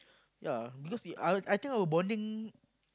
ya because we I I think our bonding